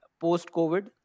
post-COVID